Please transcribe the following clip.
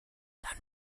dann